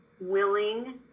willing